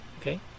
okay